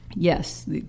Yes